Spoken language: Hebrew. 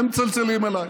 הם מצלצלים אליי,